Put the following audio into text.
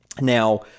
Now